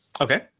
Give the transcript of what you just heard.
Okay